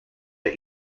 are